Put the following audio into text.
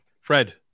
Fred